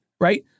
right